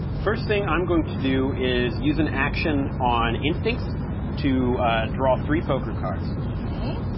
first thing i'm going to do is use an action on instincts to draw three poker cards. okay,